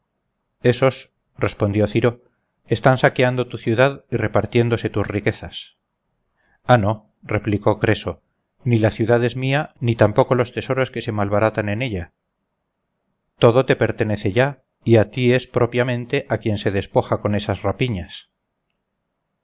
esos respondió ciro están saqueando tu ciudad y repartiéndose tus riquezas ah no replicó creso ni la ciudad es mía ni tampoco los tesoros que se malbaratan en ella todo te pertenece ya y a ti es propiamente a quien se despoja con esas rapiñas